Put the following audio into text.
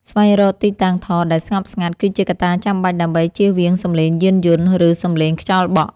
ស្វែងរកទីតាំងថតដែលស្ងប់ស្ងាត់គឺជាកត្តាចាំបាច់ដើម្បីចៀសវាងសំឡេងយានយន្ត ឬ សំឡេងខ្យល់បក់។